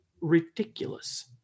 ridiculous